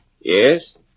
Yes